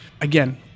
Again